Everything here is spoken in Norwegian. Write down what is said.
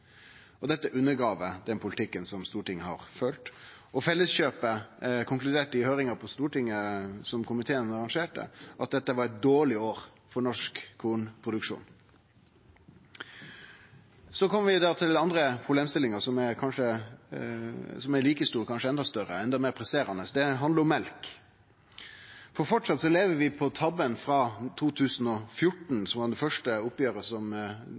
og dette undergraver den politikken Stortinget har ført. Felleskjøpet konkluderte i høyringa på Stortinget som komiteen arrangerte, med at dette var eit dårleg år for norsk kornproduksjon. Så kjem vi til den andre problemstillinga, som er like stor – kanskje enda større og enda meir presserande. Det handlar om mjølk. Framleis lever vi på tabben frå 2014, som var det første oppgjeret som